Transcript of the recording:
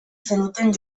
zenuten